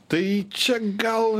tai čia gal